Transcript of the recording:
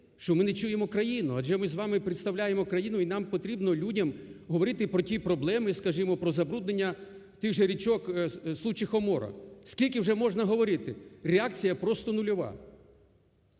що ми не чуємо країну. Адже ми з вами представляємо країну і нам потрібно людям говорити про ті проблеми, скажімо, про забруднення тих же річок Случ і Хомора. Скільки вже можна говорити? Реакція просто нульова.